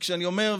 וכשאני אומר,